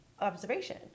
observation